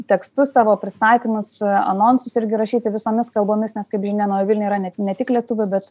tekstus savo pristatymus anonsus irgi rašyti visomis kalbomis nes kaip žinia naujoj vilnioj yra ne tik lietuvių bet